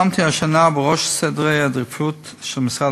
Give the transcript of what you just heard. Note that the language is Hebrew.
שמתי השנה בראש סדר העדיפויות של משרד